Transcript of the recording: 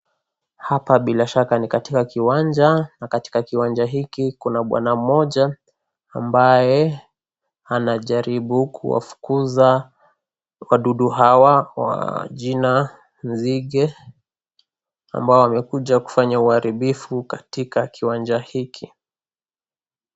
Hapa bila shaka ni katika kiwanja na katika kiwanja hiki kuna bwana mmoja ambaye anajaribu kuwafukuza wadudu hawa wa jina nzige ambao wamekuja kufanya uharibifu katika kiwanja hiki.